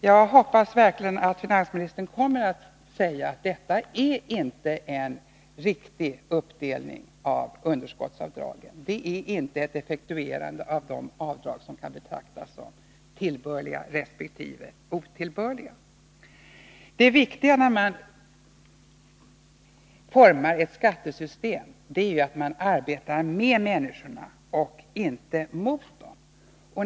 Jag hoppas verkligen att finansministern kommer att säga att detta inte är en riktig uppdelning av underskottsavdragen, att det inte är ett effektuerande av uppdraget att utreda vilka avdrag som kan betraktas som tillbörliga resp. otillbörliga. Det viktiga när man formar ett skattesystem är att man arbetar med människorna och inte mot dem.